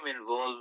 involved